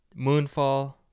Moonfall